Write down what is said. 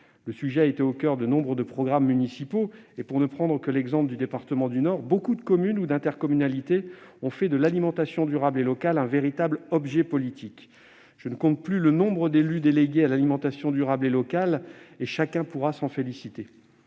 Le sujet a été au coeur de nombre de programmes municipaux. Pour ne prendre que l'exemple du département du Nord, un grand nombre de communes et d'intercommunalités ont fait de l'alimentation durable et locale un véritable objet politique. Je ne compte plus le nombre d'élus délégués à l'alimentation durable et locale ; chacun pourra s'en féliciter.